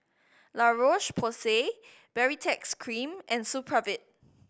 La Roche Porsay Baritex Cream and Supravit